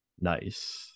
Nice